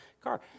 car